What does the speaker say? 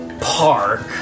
park